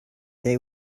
they